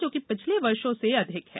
जो कि पिछले वर्षो से अधिक है